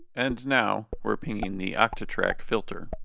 and now we're pinging the octatrack filter.